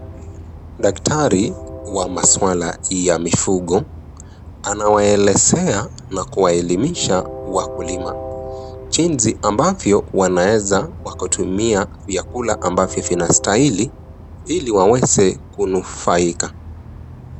Daktari wa masuala ya mifugo anawaelezea na kuwaelimisha wakulima jinsi ambavyo wanaeza wakatumia vyakula ambavyo vinastahili ili waweze kunufaika.